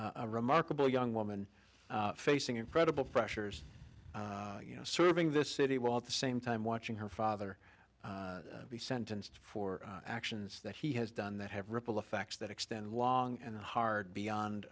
a remarkable young woman facing incredible pressures you know serving this city well at the same time watching her father be sentenced for actions that he has done that have ripple effects that extend long and hard beyond